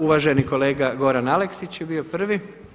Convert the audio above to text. Uvaženi kolega Goran Aleksić je bio prvi.